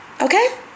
okay